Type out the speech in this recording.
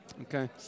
Okay